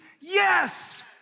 Yes